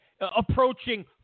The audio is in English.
approaching